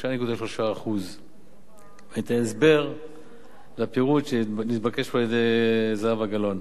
3.3%. אני אתן הסבר לפירוט שנתבקש פה על-ידי זהבה גלאון.